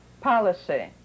policy